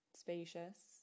spacious